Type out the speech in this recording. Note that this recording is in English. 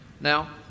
Now